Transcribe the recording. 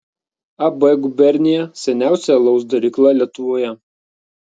ab gubernija seniausia alaus darykla lietuvoje